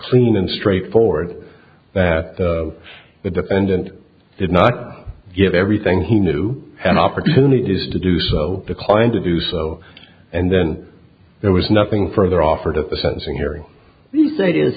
clean and straightforward that the defendant did not give everything he knew an opportunity to do so declined to do so and then there was nothing further offered at the sentencing hearing you say it is